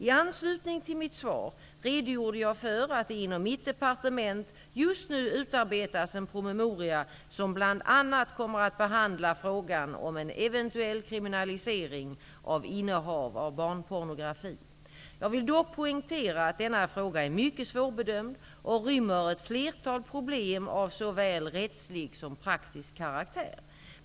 I anslutning till mitt svar redogjorde jag för att det inom mitt departement just nu utarbetas en promemoria som bl.a. kommer att behandla frågan om en eventuell kriminalisering av innehav av barnpornografi. Jag vill dock poängtera att denna fråga är mycket svårbedömd och rymmer ett flertal problem av såväl rättslig som praktisk karaktär.